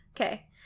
Okay